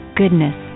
goodness